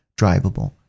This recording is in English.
drivable